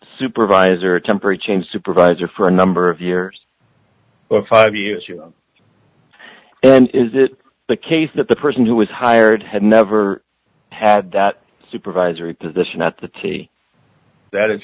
supervisor a temporary change supervisor for a number of years five years you and is it the case that the person who was hired had never had that supervisory position at the t that is